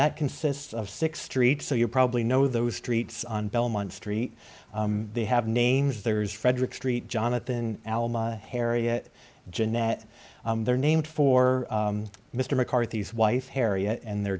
that consists of six streets so you probably know those streets on belmont street they have names there's frederick street jonathan allen harriet jeannette they're named for mr mccarthy's wife harriet and their